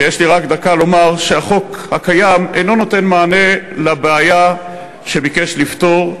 ויש לי רק דקה לומר שהחוק הקיים אינו נותן מענה לבעיה שהוא ביקש לפתור,